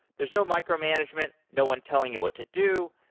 there's no micro management, no one telling you what to do.